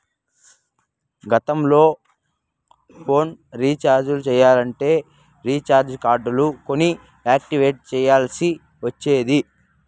గతంల phone recharge చెయ్యాలంటే recharge కార్డులు కొని యాక్టివేట్ చెయ్యాల్ల్సి ఒచ్చేది